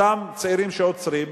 אותם צעירים שעוצרים,